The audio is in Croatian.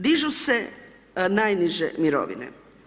Dižu se najniže mirovine.